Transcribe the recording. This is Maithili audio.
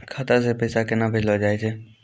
खाता से पैसा केना भेजलो जाय छै?